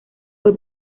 fue